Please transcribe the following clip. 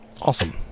awesome